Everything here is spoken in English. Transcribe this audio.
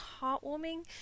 heartwarming